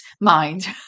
mind